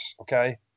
okay